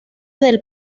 del